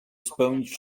spełnić